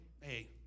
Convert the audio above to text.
hey